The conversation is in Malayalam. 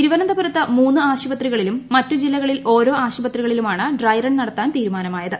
തിരുവനന്തപുരത്ത് മൂന്ന് ആശുപത്രികളിലും മറ്റ് ജില്ലകളിൽ ഓരോ ആശുപത്രികളിലുമാണ് ഡ്രൈറൺ നടത്താൻ തീരുമാനമായത്